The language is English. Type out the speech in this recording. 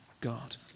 God